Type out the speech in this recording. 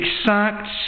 exact